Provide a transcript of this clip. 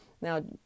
Now